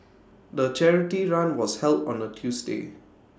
the charity run was held on A Tuesday